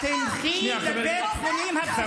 בשיח בין בני אדם זה דבר שאסור להגיד.